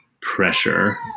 pressure